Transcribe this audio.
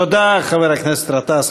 תודה, חבר הכנסת גטאס.